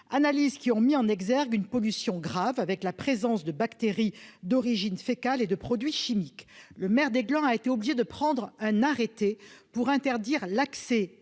analyses qui ont révélé une pollution grave, due à la présence de bactéries d'origine fécale et de produits chimiques. Le maire a donc été obligé de prendre un arrêté pour interdire l'accès